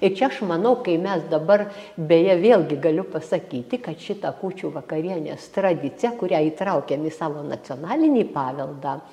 ir čia aš manau kai mes dabar beje vėlgi galiu pasakyti kad šita kūčių vakarienės tradicija kurią įtraukėm į savo nacionalinį paveldą